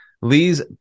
Lee's